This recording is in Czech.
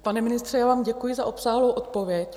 Pane ministře, já vám děkuji za obsáhlou odpověď.